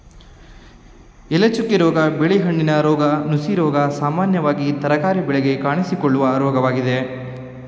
ಎಲೆಚುಕ್ಕೆ ರೋಗ, ಬಿಳಿ ಹೆಣ್ಣಿನ ರೋಗ, ನುಸಿರೋಗ ಸಾಮಾನ್ಯವಾಗಿ ತರಕಾರಿ ಬೆಳೆಗೆ ಕಾಣಿಸಿಕೊಳ್ಳುವ ರೋಗವಾಗಿದೆ